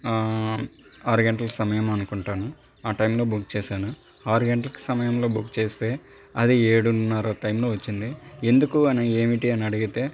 ఆరు గంటల సమయం అనుకుంటాను ఆ టైంలో బుక్ చేశాను ఆరు గంటలకి సమయంలో బుక్ చేస్తే అది ఏడున్నర టైంలో వచ్చింది ఎందుకు అని ఏమిటి అని అడిగితే